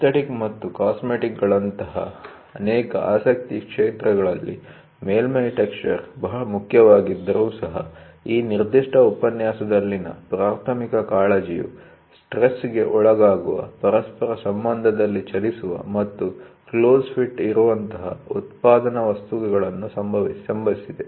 aesthetic ಮತ್ತು ಕಾಸ್ಮೆಟಿಕ್'ಗಳಂತಹ ಅನೇಕ ಆಸಕ್ತಿಯ ಕ್ಷೇತ್ರಗಳಲ್ಲಿ ಮೇಲ್ಮೈ ಟೆಕ್ಸ್ಚರ್ ಮುಖ್ಯವಾಗಿದ್ದರೂ ಸಹ ಈ ನಿರ್ದಿಷ್ಟ ಉಪನ್ಯಾಸದಲ್ಲಿನ ಪ್ರಾಥಮಿಕ ಕಾಳಜಿಯು ಸ್ಟ್ರೆಸ್'ಗೆ ಒಳಗಾಗುವ ಪರಸ್ಪರ ಸಂಬಂಧದಲ್ಲಿ ಚಲಿಸುವ ಮತ್ತು ಕ್ಲೋಸ್ ಫಿಟ್ ಇರುವಂತಹ ಉತ್ಪಾದನಾ ವಸ್ತುಗಳನ್ನು ಸಂಬಂಧಿಸಿದೆ